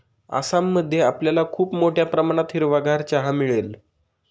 आसाम मध्ये आपल्याला खूप मोठ्या प्रमाणात हिरवागार चहा मिळेल